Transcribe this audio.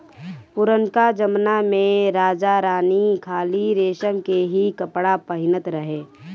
पुरनका जमना में राजा रानी खाली रेशम के ही कपड़ा पहिनत रहे